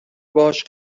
باهاش